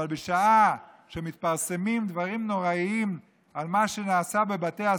אבל בשעה שמתפרסמים דברים נוראיים על מה שנעשה בבתי הסוהר,